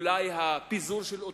אולי פיזורן,